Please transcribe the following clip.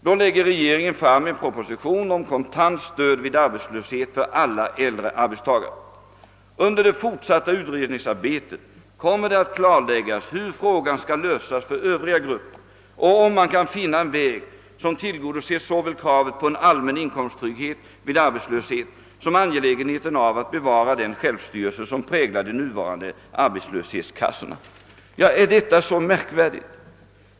Då lägger regeringen fram en proposition om kontant stöd vid arbetslöshet för alla äldre arbetstagare. Under det fortsatta utredningsarbetet kommer det att klarläggas hur frågan skall lösas för övriga grupper och om man kan finna en väg som tillgodoser såväl kravet på allmän inkomsttrygghet vid arbetslöshet som angelägenheten av att bevara den självstyrelse som präglar de nuvarande arbetslöshetskassorna. Är nu detta så märkvärdigt?